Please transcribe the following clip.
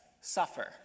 suffer